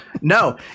No